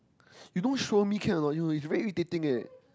you don't sure me can or not it's very irritating leh